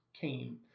came